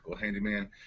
handyman